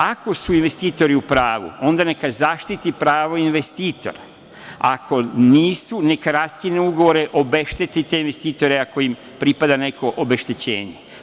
Ako su investitori u pravu, onda neka zaštiti pravo investitora, ako nisu, neka raskine ugovore, obešteti te investitore, ako im pripada neko obeštećenje.